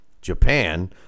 Japan